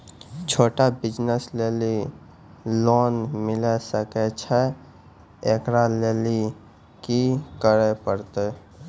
छोटा बिज़नस लेली लोन मिले सकय छै? एकरा लेली की करै परतै